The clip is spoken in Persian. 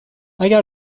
اگر